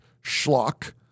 schlock